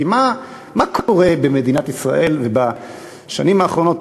כי מה קורה במדינת ישראל בשנים האחרונות,